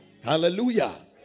Hallelujah